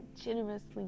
generously